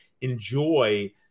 enjoy